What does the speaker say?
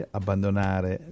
abbandonare